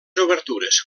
obertures